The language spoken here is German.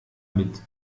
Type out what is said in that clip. mit